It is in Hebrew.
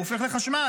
הוא הופך לחשמל,